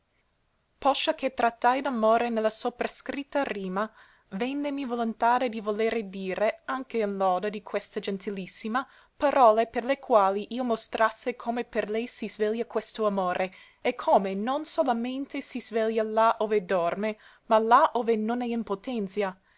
poscia che trattai d'amore ne la soprascritta rima vènnemi volontade di volere dire anche in loda di questa gentilissima parole per le quali io mostrasse come per lei si sveglia questo amore e come non solamente si sveglia là ove dorme ma là ove non è in potenzia